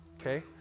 Okay